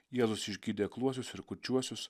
jėzus išgydė akluosius ir kurčiuosius